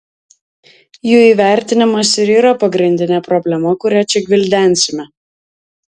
jų įvertinimas ir yra pagrindinė problema kurią čia gvildensime